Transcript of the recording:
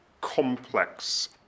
complex